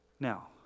Now